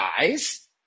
guys